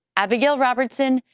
abigail robertson,